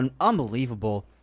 unbelievable